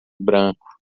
branco